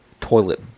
toilet